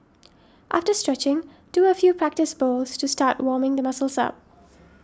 after stretching do a few practice bowls to start warming the muscles up